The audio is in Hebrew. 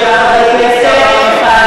כי לא שמעתי מה אתם עושים.